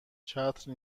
چتر